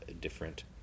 different